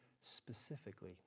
specifically